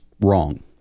wrong